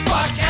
Fuck